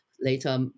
later